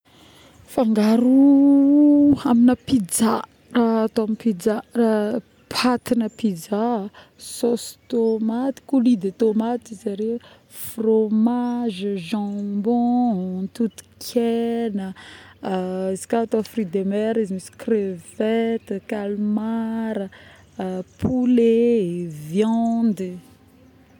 Fangaro˂ noise˃ amina Pizza atao pizza, Patina-Pizza, sosy tômaty, coulis de tômaty hoy zare, fromage, jambons, totokegna˂ hesitation˃ kô atao fruit de mer izy misy crevette, calmart, poulet, viande